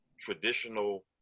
traditional